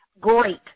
great